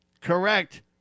correct